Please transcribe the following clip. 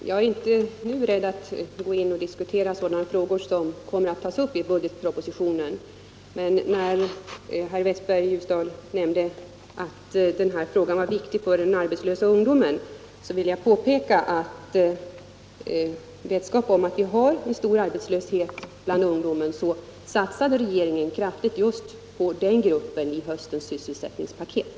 Herr talman! Jag är inte nu beredd att diskutera sådana frågor som kommer att tas upp i budgetpropositionen. Eftersom herr Westberg i Ljusdal nämnde att den här frågan är viktig för den arbetslösa ungdomen vill jag emellertid påpeka att regeringen just i vetskap om att arbetslösheten bland ungdomen är stor satsar kraftigt på den gruppen i höstens sysselsättningspaket.